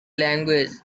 language